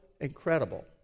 incredible